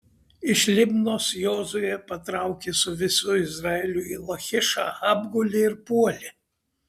iš libnos jozuė patraukė su visu izraeliu į lachišą apgulė ir puolė